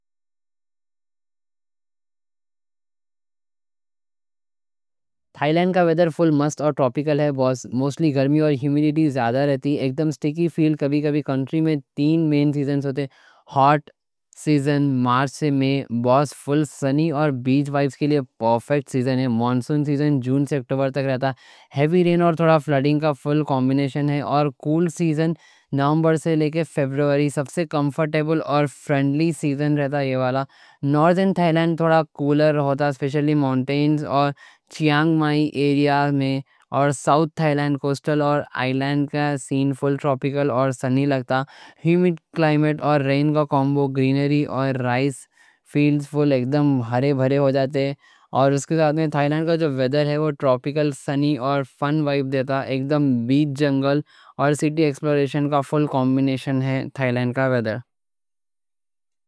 تھائی لینڈ کا ویڈر فل مست اور ٹروپیکل ہے، بوس。موسٹلی گرمی اور ہیومیڈیٹی زیادہ رہتی، ایک دم سٹیکی فیل。کبھی کبھی کنٹری میں تین مین سیزنز ہوتے: ہاٹ سیزن مارچ سے مئی، بوس، فل سنی اور بیچ وائبس کے لیے پرفیکٹ سیزن ہے。مانسون سیزن جون سے اکتوبر تک رہتا، ہیوی رین اور تھوڑا فلڈنگ کا فل کومبینیشن ہے。اور کول سیزن نومبر سے لے کے فروری، سب سے کمفرٹیبل اور فرینڈلی سیزن رہتا。یہ والا نوردرن تھائی لینڈ تھوڑا کولر ہوتا، اسپیشلی ماؤنٹینز اور چیانگ مائی ایریا میں。اور ساؤتھ تھائی لینڈ، کوسٹل اور آئی لینڈ کا سین فل ٹروپیکل اور سنی لگتا، ہیومیڈ کلائمٹ اور رین کا کامبو。گرینری اور رائس فیلڈ فل ایک دم ہرے بھرے ہو جاتے。اور اس کے ساتھ میں تھائی لینڈ کا جو ویڈر ہے وہ ٹروپیکل، سنی اور فن وائپ دیتا。ایک دم بیچ، جنگل اور سٹی ایکسپلوریشن کا فل کومبینیشن ہے تھائی لینڈ کا ویڈر۔